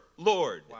Lord